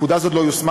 נקודה זו לא יושמה,